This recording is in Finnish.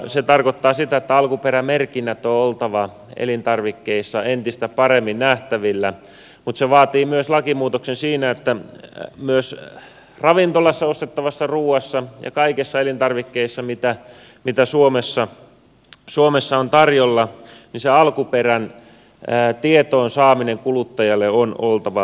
se tarkoittaa sitä että alkuperämerkinnät on oltava elintarvikkeissa entistä paremmin nähtävillä mutta se vaatii myös lakimuutoksen siinä että myös ravintolassa ostettavassa ruuassa ja kaikissa elintarvikkeissa mitä suomessa on tarjolla sen alkuperän tietoon saamisen kuluttajalle on oltava mahdollista